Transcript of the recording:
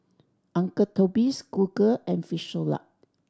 Uncle Toby's Google and Frisolac